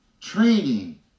training